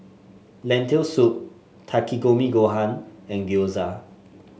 Lentil Soup Takikomi Gohan and Gyoza